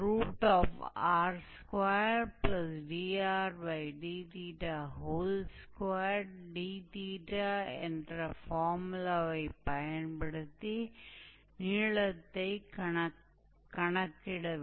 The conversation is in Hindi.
और उसके आधार पर हम दो बिंदुओं के बीच आर्क की लंबाई की गणना कर सकते हैं